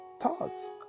Thoughts